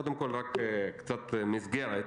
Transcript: קודם כול קצת מסגרת,